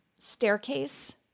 staircase